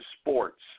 sports